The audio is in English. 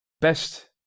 Best